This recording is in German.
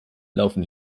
laufen